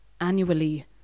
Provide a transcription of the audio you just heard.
annually